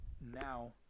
now